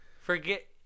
forget